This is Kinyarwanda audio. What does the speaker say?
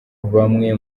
bamwe